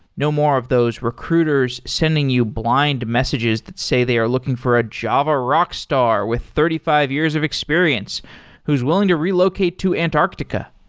no more of those recruiters sending you blind messages that say they are looking for a java rockstar with thirty five years of experience who's willing to relocate to antarctica.